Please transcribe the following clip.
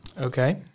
Okay